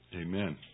Amen